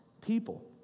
people